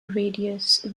radius